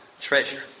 treasure